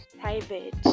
private